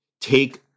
take